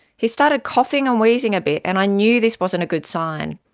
he started coughing and wheezing a bit and i knew this wasn't a good sign.